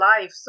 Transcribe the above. life